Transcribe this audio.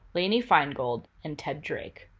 lainey feingold, and ted drake.